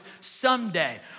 someday